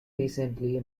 recently